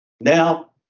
Now